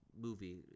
Movie